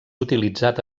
utilitzat